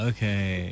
Okay